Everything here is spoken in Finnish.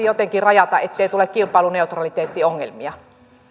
jotenkin rajata ettei tule kilpailuneutraliteettiongelmia